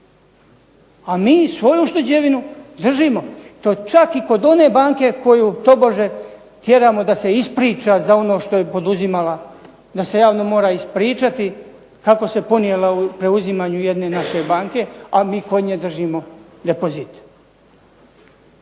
A mi svoju ušteđevinu držimo pa čak i kod one banke koju tobože tjeramo da se ispriča za ono što je poduzimala, da se javno mora ispričati kako se ponijela u preuzimanju jedne naše banke, a mi kod nje držimo depozit.